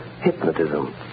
Hypnotism